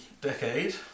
decade